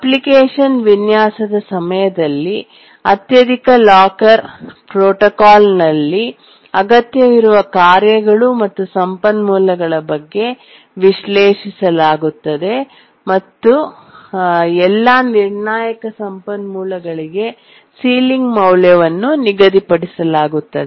application ವಿನ್ಯಾಸದ ಸಮಯದಲ್ಲಿ ಅತ್ಯಧಿಕ ಲಾಕರ್ ಪ್ರೋಟೋಕಾಲ್ನಲ್ಲಿ ಅಗತ್ಯವಿರುವ ಕಾರ್ಯಗಳು ಮತ್ತು ಸಂಪನ್ಮೂಲಗಳ ಬಗ್ಗೆ ವಿಶ್ಲೇಷಿಸಲಾಗುತ್ತದೆ ಮತ್ತು ನಂತರ ಎಲ್ಲಾ ನಿರ್ಣಾಯಕ ಸಂಪನ್ಮೂಲಗಳಿಗೆ ಸೀಲಿಂಗ್ ಮೌಲ್ಯವನ್ನು ನಿಗದಿಪಡಿಸಲಾಗುತ್ತದೆ